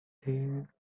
there